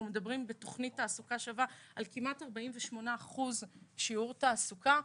בתכנית תעסוקה שווה אנחנו מדברים על כמעט 48% שיעור תעסוקה.